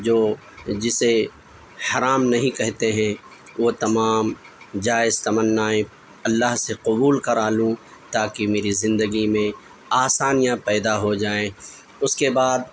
جو جسے حرام نہیں کہتے ہیں وہ تمام جائز تمنائیں اللہ سے قبول کرا لوں تاکہ میری زندگی میں آسانیاں پیدا ہو جائیں اس کے بعد